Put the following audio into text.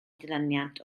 dilyniant